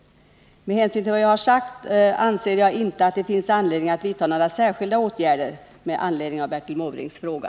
Med hänsyn till vad jag har sagt anser jag inte att det finns anledning att vidta några särskilda åtgärder med anledning av Bertil Måbrinks fråga.